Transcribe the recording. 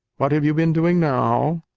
what have you been doing now?